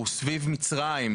אנחנו סביב מצרים,